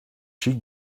she